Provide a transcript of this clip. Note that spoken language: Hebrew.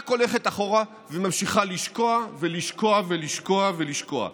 רק הולכת אחורה וממשיכה לשקוע ולשקוע ולשקוע ולשקוע.